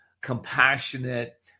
compassionate